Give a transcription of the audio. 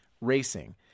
racing